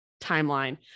timeline